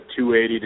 280